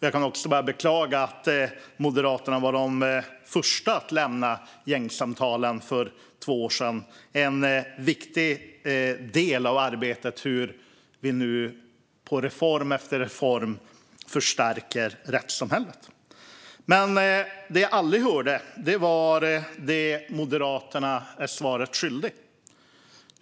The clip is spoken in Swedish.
Jag kan också bara beklaga att Moderaterna var de första att lämna gängsamtalen för två år sedan. De var en viktig del av arbetet med hur vi i reform efter reform förstärker rättssamhället. Men det jag aldrig hörde var om det som Moderaterna är svaret skyldigt.